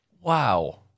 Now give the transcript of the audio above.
Wow